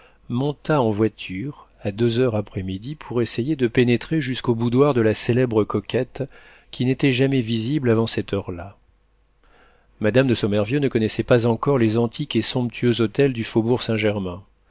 monta en voiture à deux heures après midi pour essayer de pénétrer jusqu'au boudoir de la célèbre coquette qui n'était jamais visible avant cette heure-là madame de sommervieux ne connaissait pas encore les antiques et somptueux hôtels du faubourg saint-germain